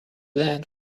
land